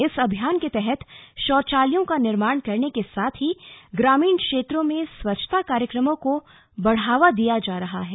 इस अभियान के तहत शौचालयों का निर्माण करने के साथ ही ग्रामीण क्षेत्रों में स्वच्छता कार्यक्रमों को बढ़ावा दिया जा रहा है